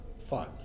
fun